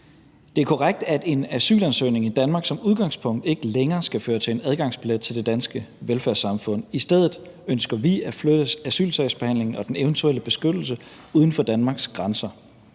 Det er korrekt, at en asylansøgning i Danmark som udgangspunkt ikke længere skal føre til en adgangsbillet til det danske velfærdssamfund. I stedet ønsker vi at flytte asylsagsbehandlingen og den eventuelle beskyttelse uden for Danmarks grænser.